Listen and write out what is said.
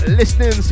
listening